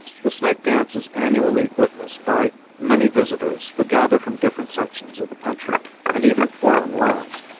the snake dance is annually witnessed by many visitors who gather from different sections of the country and even foreign lands.